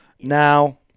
Now